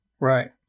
Right